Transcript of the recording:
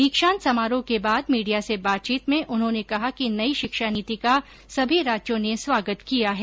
दीक्षांत समारोह के बाद मीडिया से बातचीत में उन्होंने कहा कि नई शिक्षा नीति का सभी राज्यों ने स्वागत किया है